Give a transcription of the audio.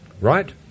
Right